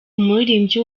umuririmbyi